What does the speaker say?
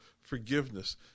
forgiveness